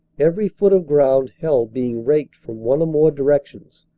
every foot of ground held being raked from one or more directions.